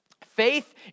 Faith